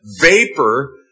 vapor